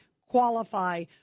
qualify